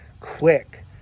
quick